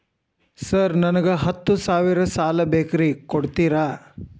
Sir ನನಗ ಹತ್ತು ಸಾವಿರ ಸಾಲ ಬೇಕ್ರಿ ಕೊಡುತ್ತೇರಾ?